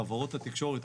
חברות התקשורת,